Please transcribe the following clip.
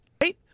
right